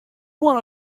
wanna